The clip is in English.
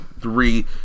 three